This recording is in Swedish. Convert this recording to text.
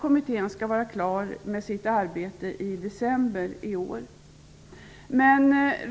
Kommittén skall vara klar med sitt arbete i december i år.